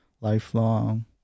lifelong